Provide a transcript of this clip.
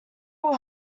will